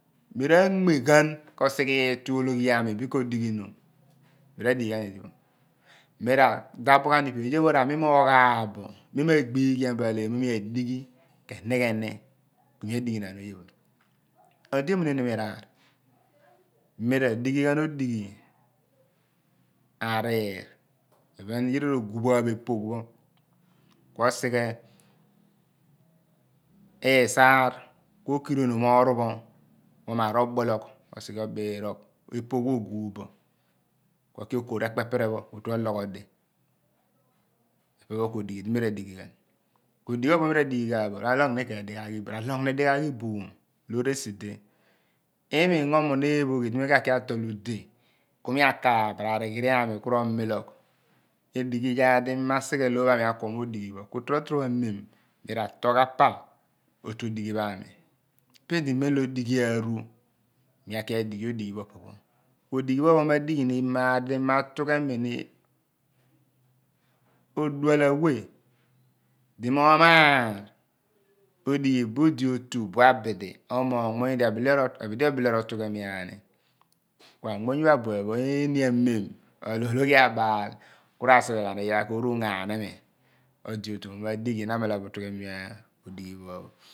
Mi ra nme ghan bim osighe iiki ologhi omi bin kodigh inom mi ra/dighi ghan idipho mi ro daph ghan ipe pho oye pho oye pho r`ani oghaaph bo ny ma gbaghian bo acegheri mo mi adighi mo ke nighe ni ku mi adighinaan ina edi emuneniom iraar mi ra dighi ghan odighi ariir iphen yira roguph ghan bo epogh po sch osighe isaar ku okiri onon oru pho ku omar abulogh ku osighe obpurogh rogogh pho oguph bo ku oki oko rekpepere pho otu ologhodi ophon pho ku odighi ghan bio odighi pho opo mi radighe gham bo raloogh ni ken dighaagh iboom loor esi atol ade ku mi akaaph la arighi ami ku romilogh edighi iyaar di mi me sighe loor ani akwom odighi pho ku totoru amem mi ratol ghan pa otu odighi pho aami pudi mem di odighi aaru mi kia adighi odighi pho opo pho ku odighi pho ophon madighi m maar di mi ma tughemi ni odual awe di mo maar odighi bo de otu buo abidi omoogh nmuny di abidi obile rotaghem ani ku anmuny pho abuen pho iini amem olo ologhi abaal ku ra sighe ghan yaar ko oru ungo ani imi ro ode otu mo dighi otughe mi ami odighi pho ophon.